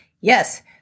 Yes